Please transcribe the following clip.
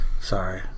Sorry